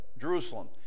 Jerusalem